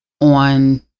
on